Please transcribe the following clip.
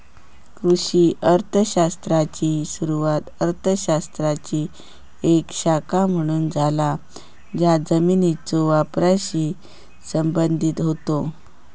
कृषी अर्थ शास्त्राची सुरुवात अर्थ शास्त्राची एक शाखा म्हणून झाला ज्या जमिनीच्यो वापराशी संबंधित होता